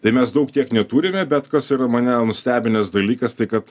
tai mes daug tiek neturime bet kas yra mane nustebinęs dalykas tai kad